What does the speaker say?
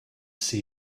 see